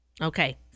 Okay